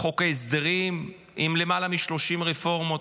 חוק הסדרים עם למעלה מ-30 רפורמות,